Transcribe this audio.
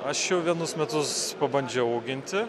aš jau vienus metus pabandžiau auginti